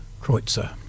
Kreutzer